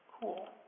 Cool